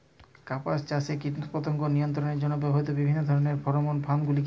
কাপাস চাষে কীটপতঙ্গ নিয়ন্ত্রণের জন্য ব্যবহৃত বিভিন্ন ধরণের ফেরোমোন ফাঁদ গুলি কী?